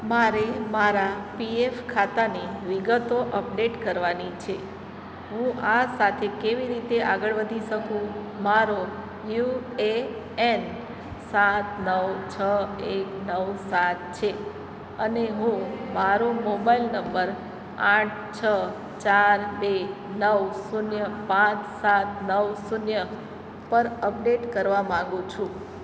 મારે મારા પીએફ ખાતાની વિગતો અપડેટ કરવાની છે હું આ સાથે કેવી રીતે આગળ વધી શકું મારો યુ એ એન સાત નવ છ એક નવ સાત છે અને હું મારો મોબાઈલ નંબર આઠ છ ચાર બે નવ શૂન્ય પાંચ સાત નવ શૂન્ય પર અપડેટ કરવા માગું છું